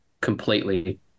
completely